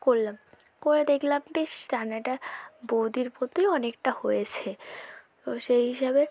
করলাম করে দেখলাম বেশ রান্নাটা বৌদির মতোই অনেকটা হয়েছে তো সেই হিসাবে